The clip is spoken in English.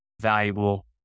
valuable